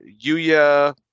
Yuya